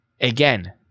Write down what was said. Again